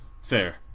Fair